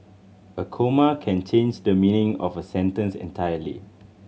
a comma can change the meaning of a sentence entirely